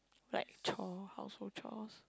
like chore household chores